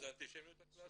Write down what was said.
זו האנטישמיות הקלאסית.